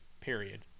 period